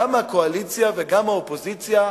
גם מהקואליציה וגם מהאופוזיציה,